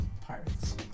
pirates